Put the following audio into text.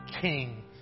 king